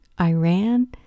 Iran